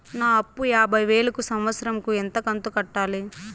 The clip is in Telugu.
నా అప్పు యాభై వేలు కు సంవత్సరం కు ఎంత కంతు కట్టాలి?